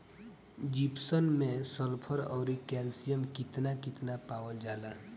Gypsum मैं sulphur औरी calcium कितना कितना पावल जाला?